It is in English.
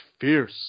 fierce